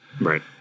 Right